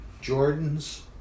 Jordan's